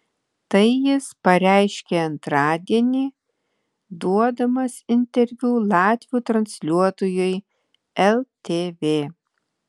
tai jis pareiškė antradienį duodamas interviu latvių transliuotojui ltv